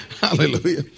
Hallelujah